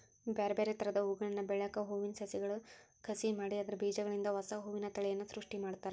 ಬ್ಯಾರ್ಬ್ಯಾರೇ ತರದ ಹೂಗಳನ್ನ ಬೆಳ್ಯಾಕ ಹೂವಿನ ಸಸಿಗಳ ಕಸಿ ಮಾಡಿ ಅದ್ರ ಬೇಜಗಳಿಂದ ಹೊಸಾ ಹೂವಿನ ತಳಿಯನ್ನ ಸೃಷ್ಟಿ ಮಾಡ್ತಾರ